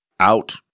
out